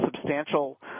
substantial